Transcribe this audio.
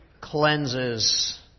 cleanses